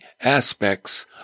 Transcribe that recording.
aspects